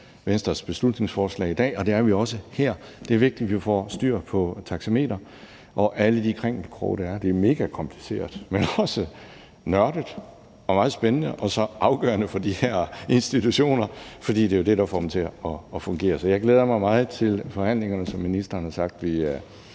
Venstres beslutningsforslag i dag, og det er vi også her. Det er vigtigt, at vi får styr på taxameteret og alle de krinkelkroge, der er. Det er mega kompliceret, men også nørdet og meget spændende og så afgørende for de her institutioner, fordi det er det, der får dem til at fungere. Så jeg glæder mig meget til forhandlingerne, som ministeren har sagt vi